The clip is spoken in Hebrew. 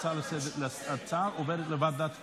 ההצעה עוברת לוועדת הכנסת.